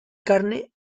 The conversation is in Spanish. carne